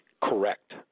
correct